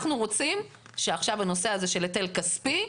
אנחנו רוצים שעכשיו הנושא הזה של היטל כספי,